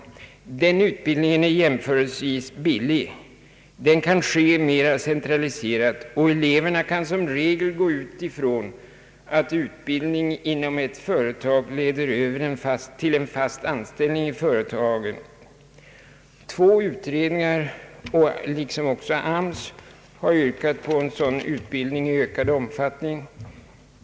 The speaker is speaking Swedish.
Den utbildningen är jämförelsevis billig. Den kan ske mera centraliserat, och eleverna kan som regel gå ut ifrån att utbildning inom ett företag leder över till en fast anställning i företaget. Två utredningar, liksom AMS, har yrkat på en sådan utbildning i ökad omfattning.